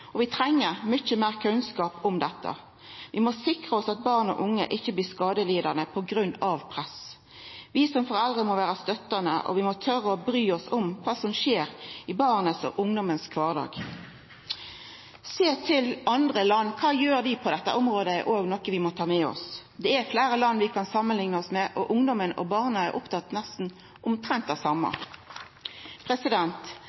og vi treng mykje meir kunnskap om dette. Vi må sikra oss at barn og unge ikkje blir skadelidande på grunn av press. Vi som foreldre må vera støttande, og vi må tora å bry oss om kva som skjer i kvardagen til barna og ungdomane. Å sjå til andre land og kva dei gjer på dette området, er også noko vi må ta med oss. Det er fleire land vi kan samanlikna oss med, og ungdomane og barna er opptatt av omtrent det same.